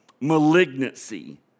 malignancy